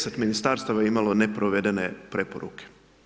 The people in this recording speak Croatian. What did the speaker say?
10 ministarstava je imalo neprovedene preporuke.